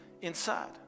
inside